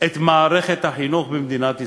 את מערכת החינוך במדינת ישראל.